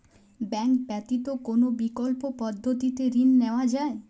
Bank ব্যতিত কোন বিকল্প পদ্ধতিতে ঋণ নেওয়া যায়?